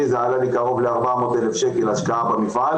וזה עלה לי קרוב ל-400,000 שקלים השקעה במפעל.